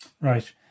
Right